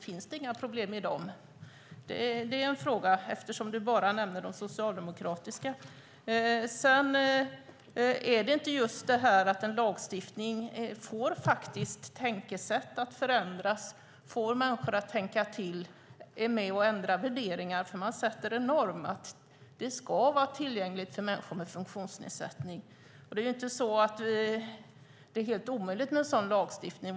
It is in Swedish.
Finns det inga problem i dem? Jag frågar eftersom Margareta bara nämner de socialdemokratiska. En lagstiftning gör faktiskt att tänkesätt förändras, att människor tänker till och ändrar värderingar. En lagstiftning sätter normen att samhället ska vara tillgängligt för människor med funktionsnedsättning. Det är inte så att det är helt omöjligt med en sådan lagstiftning.